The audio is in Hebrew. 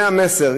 זה המסר.